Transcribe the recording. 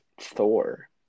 Thor